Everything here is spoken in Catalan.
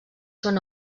són